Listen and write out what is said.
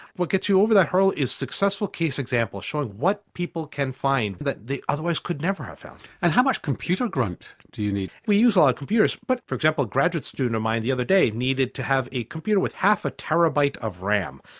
what gets you over that hurdle is successful case examples showing what people can find that they otherwise could never have found. and how much computer grunt do you need? we use a lot of computers. but for example a graduate student of mine the other day needed to have a computer with half a terabyte of ram.